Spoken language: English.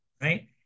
right